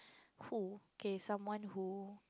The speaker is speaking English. who okay someone who